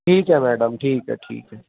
ठीक है मैडम ठीक है ठीक है